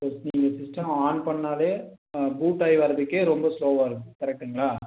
okay நீங்கள் system on பண்ணாலே boot ஆகி வரதுக்கே ரொம்ப ஸ்லோவாகுது கரெக்ட்டுங்களா